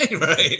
Right